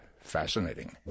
fascinating